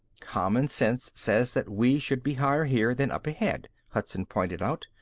common sense says that we should be higher here than up ahead, hudson pointed out.